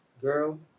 Girl